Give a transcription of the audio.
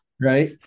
right